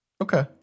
Okay